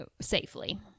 safely